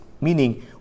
Meaning